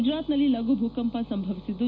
ಗುಜರಾತ್ನಲ್ಲಿ ಲಘು ಭೂಕಂಪ ಸಂಭವಿಸಿದ್ದು